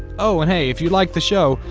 oh, and hey, if you liked the show,